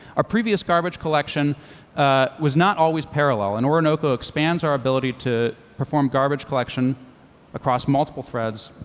our previous garbage collection was not always parallel, and orinoco expands our ability to perform garbage collection across multiple threads,